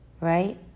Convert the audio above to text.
right